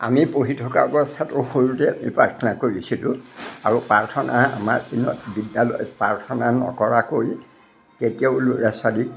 আমি পঢ়ি থকা কথাটো সৰুতে আমি প্ৰাৰ্থনা কৰিছিলোঁ আৰু প্ৰাৰ্থনা আমাৰ দিনত বিদ্যালয়ত প্ৰাৰ্থনা নকৰাকৈ কেতিয়াও ল'ৰা ছোৱালীক